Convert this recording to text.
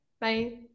Bye